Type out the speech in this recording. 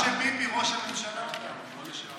כמו שביבי ראש הממשלה לשעבר.